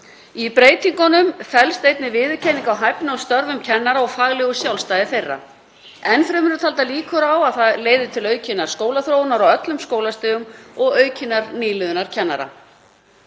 Í breytingunum felst einnig viðurkenning á hæfni og störfum kennara og faglegu sjálfstæði þeirra. Enn fremur eru taldar líkur á að það leiði til aukinnar skólaþróunar á öllum skólastigum og aukinnar nýliðunar kennara.“